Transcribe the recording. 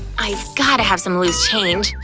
i've gotta have some loose change.